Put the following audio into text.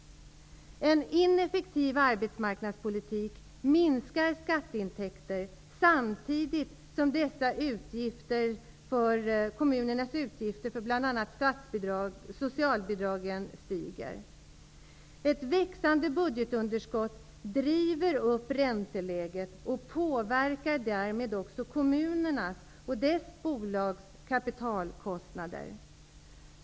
En ineffektiv arbetsmarknadspolitik minskar skatteintäkterna samtidigt som kommunernas utgifter för bl.a. socialbidragen stiger. Ett växande budgetunderskott driver upp ränteläget och påverkar därmed också kommunerna och deras bolags kapitalkostnader.